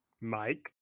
Mike